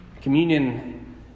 Communion